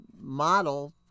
model